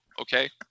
okay